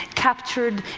captured,